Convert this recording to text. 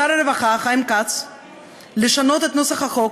לשר הרווחה חיים כץ לשנות את נוסח החוק